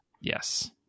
Yes